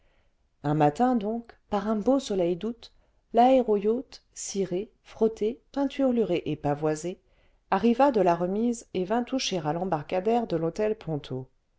un matin donc par un beau soleil d'août laéro yacht ciré frotté peinturluré et pavoisé arriva de la remise et vint toucher à l'embarcadère de l'hôtel